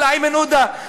או לאיימן עודה,